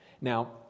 Now